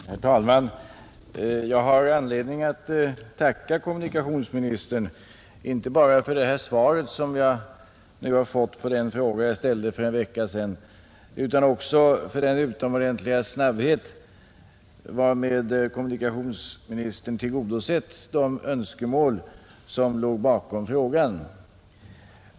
Herr talman! Jag har anledning att tacka kommunikationsministern inte bara för det svar som jag nu fått på den fråga jag ställde för en vecka sedan utan också för den utomordentliga snabbhet varmed kommunikationsministern tillgodosett de önskemål som låg bakom frågan.